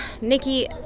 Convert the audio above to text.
Nikki